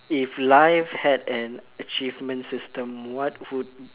if life had an achievement system what would